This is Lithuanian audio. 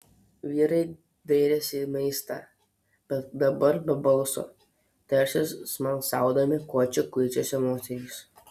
vyrai dairėsi į maistą bet dabar be balso tarsi smalsaudami ko čia kuičiasi moterys